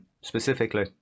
specifically